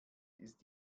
ist